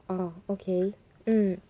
oh okay mm